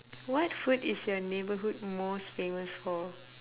what food is your neighbourhood most famous for